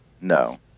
No